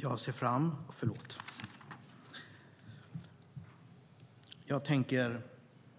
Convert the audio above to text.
Fru talman! Jag tänker